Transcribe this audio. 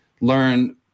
learn